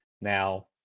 Now